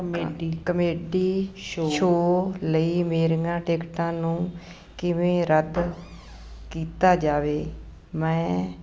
comedy show ਲਈ ਮੇਰੀਆਂ ਟਿਕਟਾਂ ਨੂੰ ਕਿਵੇਂ ਰੱਦ ਕੀਤਾ ਜਾਵੇ ਮੈਂ